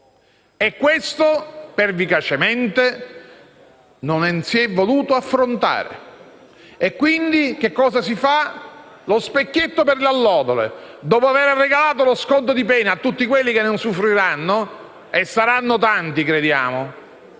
E questo, pervicacemente, non lo si è voluto affrontare e, quindi, cosa si fa? Si usa lo specchietto per le allodole: dopo aver regalato lo sconto di pena a tutti quelli che ne usufruiranno - e saranno tanti - adesso